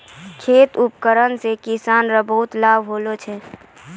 खेत उपकरण से किसान के बहुत लाभ होलो छै